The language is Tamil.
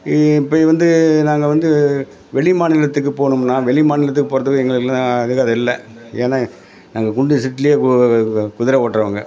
ஈ இப்படி வந்து நாங்கள் வந்து வெளி மாநிலத்துக்குப் போகணும்னா வெளி மாநிலத்துக்கு போகிறதுக்கு எங்களுக்குலாம் அருகதை இல்லை ஏன்னா நாங்கள் குண்டு சட்டியில் குது குதுரை ஓட்டுறவங்க